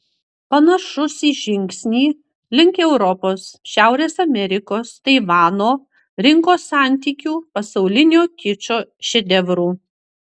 panašus į žingsnį link europos šiaurės amerikos taivano rinkos santykių pasaulinio kičo šedevrų